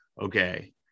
okay